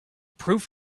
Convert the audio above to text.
proof